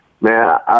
man